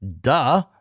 Duh